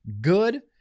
good